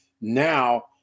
Now